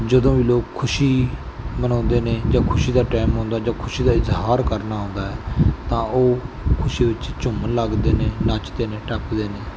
ਜਦੋਂ ਵੀ ਲੋਕ ਖੁਸ਼ੀ ਮਨਾਉਂਦੇ ਨੇ ਜਾਂ ਖੁਸ਼ੀ ਦਾ ਟਾਈਮ ਹੁੰਦਾ ਜਾਂ ਖੁਸ਼ੀ ਦਾ ਇਜ਼ਹਾਰ ਕਰਨਾ ਹੁੰਦਾ ਤਾਂ ਉਹ ਖੁਸ਼ੀ ਵਿੱਚ ਝੂੰਮਣ ਲੱਗਦੇ ਨੇ ਨੱਚਦੇ ਨੇ ਟੱਪਦੇ ਨੇ